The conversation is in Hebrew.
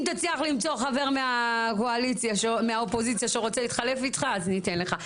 אם תצליח חבר מהאופוזיציה שרוצה להתחלף איתך אז ניתן לך,